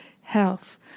health